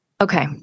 okay